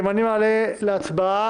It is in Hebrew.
לפני שנעבור להצבעה,